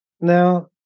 Now